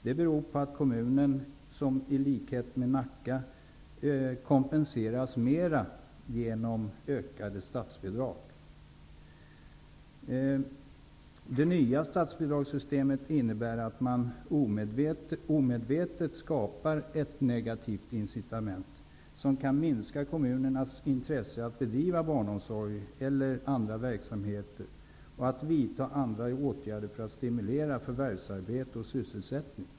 Det beror på att kommunen, i likhet med Nacka, kompenseras mera genom ökade statsbidrag. Det nya statsbidragssystemet innebär att man utan att vilja det skapar ett negativt incitament, som kan minska kommunernas intresse att bedriva barnomsorg eller andra verksamheter, eller att vidta åtgärder för att stimulera förvärvsarbete och sysselsättning.